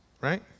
right